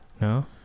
No